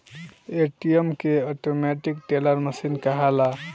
ATM के automatic teller machine कहाला